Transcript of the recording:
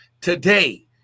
today